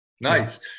Nice